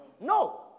No